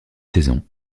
saisons